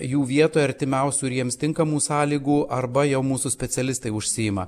jų vietoj artimiausių ir jiems tinkamų sąlygų arba jau mūsų specialistai užsiima